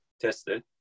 tested